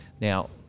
Now